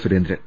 Surendran